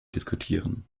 diskutieren